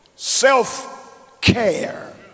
Self-care